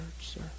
sir